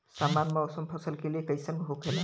सामान्य मौसम फसल के लिए कईसन होखेला?